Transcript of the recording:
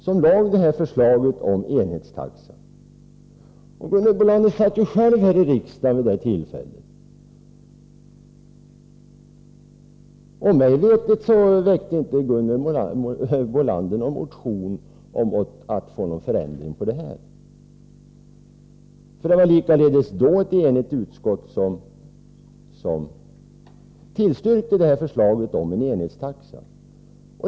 Gunhild Bolander satt själv här i riksdagen vid det tillfället, och mig veterligt väckte hon inte någon motion om någon förändring av förslaget. Det var alltså även då ett enigt utskott som tillstyrkte förslaget om enhetstaxa.